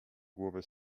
głowy